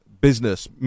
business